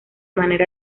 manera